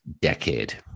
decade